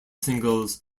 singles